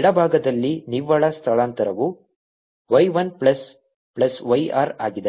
ಎಡಭಾಗದಲ್ಲಿ ನಿವ್ವಳ ಸ್ಥಳಾಂತರವು y I plus y r ಆಗಿದೆ